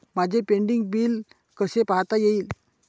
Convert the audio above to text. माझे pending bill कसे पाहता येईल?